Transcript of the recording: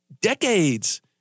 Decades